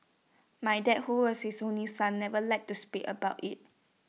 my dad who was his only son never liked to speak about IT